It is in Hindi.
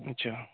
अच्छा